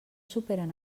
superen